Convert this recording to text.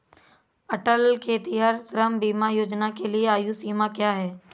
अटल खेतिहर श्रम बीमा योजना के लिए आयु सीमा क्या है?